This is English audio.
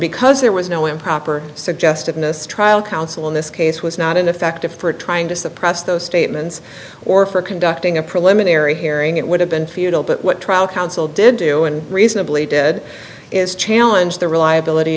because there was no improper suggestiveness trial counsel in this case was not ineffective for trying to suppress those statements or for conducting a preliminary hearing it would have been futile but what trial counsel did do and reasonably did is challenge the reliability